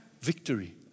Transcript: victory